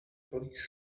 police